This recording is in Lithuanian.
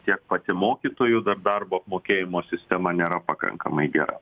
tiek pati mokytojų dar darbo apmokėjimo sistema nėra pakankamai gera